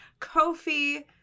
Kofi